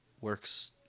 works